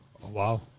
Wow